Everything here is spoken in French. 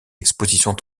expositions